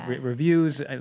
reviews